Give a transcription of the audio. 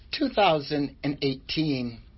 2018